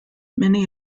many